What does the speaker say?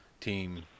Team